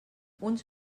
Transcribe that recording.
uns